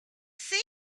sea